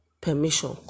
permission